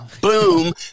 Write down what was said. Boom